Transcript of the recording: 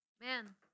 Man